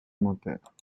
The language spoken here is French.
documentaires